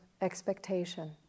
expectation